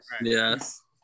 Yes